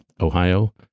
Ohio